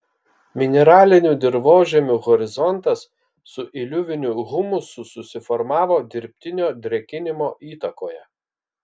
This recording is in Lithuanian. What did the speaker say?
mineralinių dirvožemių horizontas su iliuviniu humusu susiformavo dirbtinio drėkinimo įtakoje